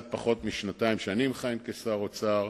פחות משנתיים שאני מכהן בתפקיד שר האוצר.